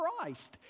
Christ